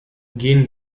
gehen